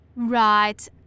Right